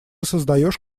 создаешь